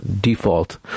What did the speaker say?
default